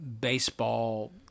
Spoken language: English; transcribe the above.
baseball